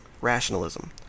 rationalism